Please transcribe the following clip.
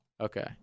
Okay